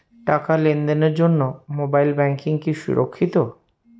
টাকা লেনদেনের জন্য মোবাইল ব্যাঙ্কিং কি সুরক্ষিত?